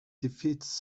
defeats